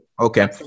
Okay